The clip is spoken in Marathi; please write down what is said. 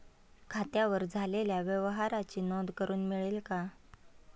खात्यावर झालेल्या व्यवहाराची नोंद करून मिळेल का?